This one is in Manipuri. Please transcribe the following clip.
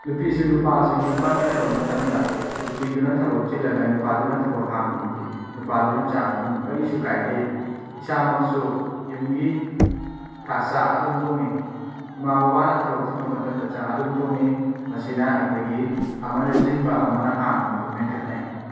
ꯅꯨꯄꯤꯁꯨ ꯅꯨꯄꯥꯁꯨ ꯌꯨꯝ ꯄꯥꯟꯃꯤꯟꯅꯕ ꯃꯇꯝꯗ ꯅꯨꯄꯤꯗꯨꯅ ꯊꯕꯛ ꯆꯤꯜꯂꯒ ꯅꯨꯄꯥꯗꯨꯅ ꯊꯕꯛ ꯍꯥꯡꯂꯕꯗꯤ ꯅꯨꯄꯥꯗꯨꯅ ꯆꯥꯛ ꯊꯣꯡꯕ ꯀꯔꯤꯁꯨ ꯀꯥꯏꯗꯦ ꯏꯁꯥꯃꯛꯁꯨ ꯌꯨꯝꯒꯤ ꯆꯥꯛ ꯑꯗꯨꯝ ꯊꯣꯡꯏ ꯏꯃꯥ ꯕꯕꯥꯅ ꯊꯕꯛ ꯆꯤꯟꯕ ꯃꯇꯝꯗ ꯆꯥꯛ ꯑꯗꯨꯝ ꯊꯣꯡꯏ ꯃꯁꯤꯅ ꯑꯩꯈꯣꯏꯒꯤ ꯑꯃꯅ ꯆꯤꯟꯕ ꯑꯃꯅ ꯍꯥꯡꯕ ꯑꯗꯨ ꯃꯦꯟꯈꯠꯅꯩ